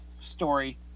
story